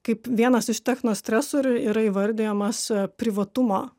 kaip vienas iš technostresorių yra įvardijamas privatumo